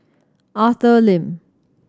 Arthur Lim